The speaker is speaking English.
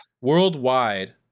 Worldwide